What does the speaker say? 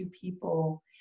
people